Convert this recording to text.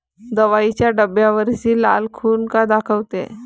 दवाईच्या डब्यावरची लाल खून का दाखवते?